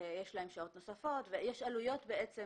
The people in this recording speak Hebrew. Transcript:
יש להם שעות נוספות, יש עלויות בעצם